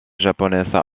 japonaise